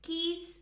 Keys